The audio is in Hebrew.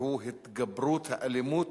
והוא: התגברות האלימות